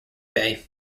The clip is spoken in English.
bay